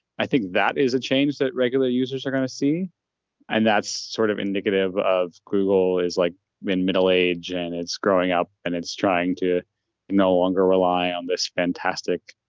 i think that is a change that regular users are going to see and that's sort of indicative of google is like when middle age and it's growing up and it's trying to no longer rely on this fantastic,